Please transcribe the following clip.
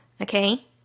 Okay